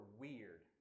weird